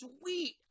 sweet